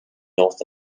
north